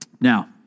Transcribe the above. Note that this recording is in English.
Now